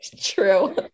True